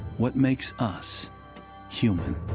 what makes us human?